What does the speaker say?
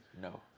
No